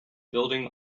building